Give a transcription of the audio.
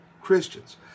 Christians